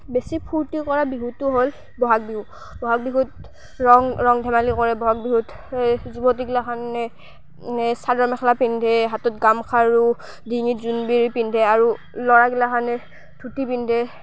বেছি ফূৰ্তি কৰা বিহুটো হ'ল বহাগ বিহু বহাগ বিহুত ৰং ৰং ধেমালি কৰে বহাগ বিহুত যুৱতী গিলাখানে এই চাদৰ মেখেলা পিন্ধে হাতত গামখাৰু ডিঙিত জোনবিৰি পিন্ধে আৰু ল'ৰা গিলাখানে ধুতি পিন্ধে